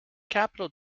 capital